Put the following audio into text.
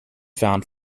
found